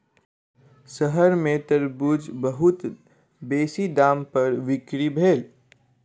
शहर में तरबूज बहुत बेसी दाम पर बिक्री भेल